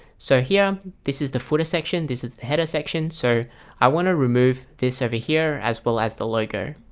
so here this is the footer section. this is the header section so i want to remove this over here as well as the logo.